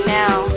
now